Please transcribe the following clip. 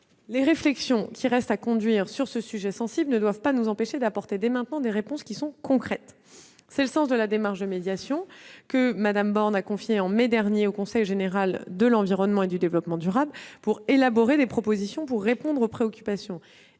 les réflexions qui restent à conduire sur ce sujet sensible ne doivent pas nous empêcher d'apporter, dès maintenant, des réponses concrètes. C'est le sens de la démarche de médiation que Mme Borne a confiée, en mai dernier, au Conseil général de l'environnement et du développement durable afin d'élaborer des propositions pour répondre aux préoccupations